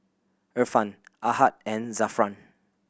Irfan Ahad and Zafran